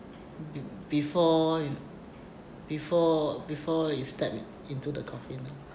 be~ before you know before before you step in~ into the coffin lah